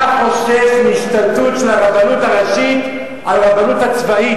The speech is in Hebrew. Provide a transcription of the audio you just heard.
אתה חושש מהשתלטות של הרבנות הראשית על הרבנות הצבאית.